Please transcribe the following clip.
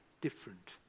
different